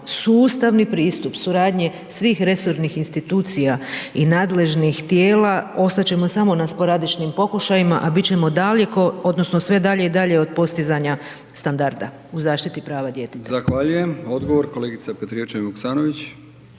sustavni pristup suradnje svih resornih institucija i nadležnih tijela, ostat ćemo samo na sporadičnim pokušajima, a bit ćemo daleko odnosno sve dalje i dalje od postizanja standarda u zaštiti prava djeteta.